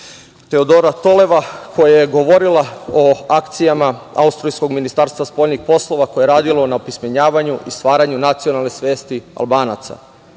Teodora Toleva, koja je govorila o akcijama austrijskog Ministarstva spoljnih poslova, koje je radilo na opismenjavanju i stvaranju nacionalne svesti Albanaca.